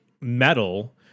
metal